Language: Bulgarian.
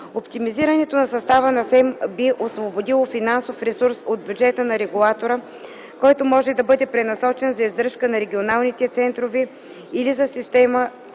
Оптимизирането на състава на СЕМ би освободило финансов ресурс от бюджета на регулатора, който може да бъде пренасочен за издръжка на регионалните центрове или за системата